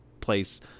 place